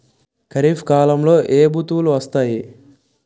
ఖరిఫ్ కాలంలో ఏ ఋతువులు వస్తాయి?